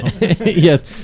Yes